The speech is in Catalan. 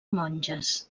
monges